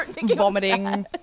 vomiting